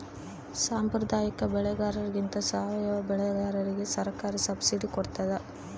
ಸಾಂಪ್ರದಾಯಿಕ ಬೆಳೆಗಾರರಿಗಿಂತ ಸಾವಯವ ಬೆಳೆಗಾರರಿಗೆ ಸರ್ಕಾರ ಸಬ್ಸಿಡಿ ಕೊಡ್ತಡ